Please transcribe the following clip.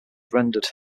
rendered